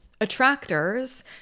attractors